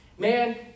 Man